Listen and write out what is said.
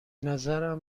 نظرم